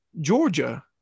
Georgia